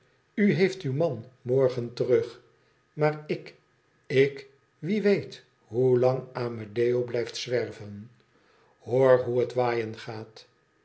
u heeft uw man morgen terug maar ik ik wie weet hoe lang amedeo blijftzwerven hoor hoe het waaien gaat